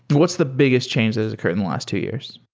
what's the biggest change that has occurred in the last two years?